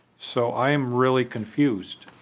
so i am really confused.